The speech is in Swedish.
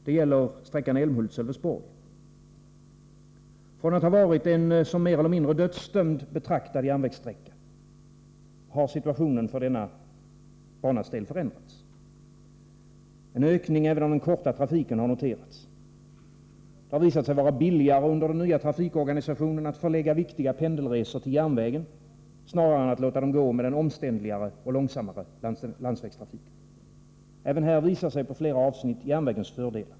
Det gäller sträckan Älmhult-Sölvesborg. Från att ha varit en som mer eller mindre dödsdömd betraktad järnvägssträcka, har situationen för denna banas del förändrats. En ökning även av den korta trafiken har noterats. Det har visat sig vara billigare under den nya trafikorganisationen att förlägga viktiga pendelresor till järnvägen snarare än att låta dem gå med den omständligare och långsammare landsvägstrafiken. Även här visar sig på flera avsnitt järnvägens fördelar.